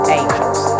angels